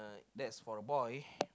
that's for a boy